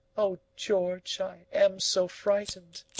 oh, george, i am so frightened.